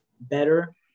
better